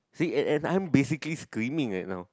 see and and I am basically screaming eh now